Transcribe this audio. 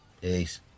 Peace